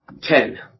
Ten